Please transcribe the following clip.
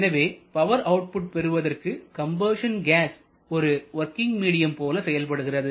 எனவே power output பெறுவதற்கு combustion gas ஒரு ஒர்க்கிங் மீடியம் போல செயல்படுகிறது